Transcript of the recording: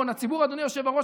אדוני היושב בראש,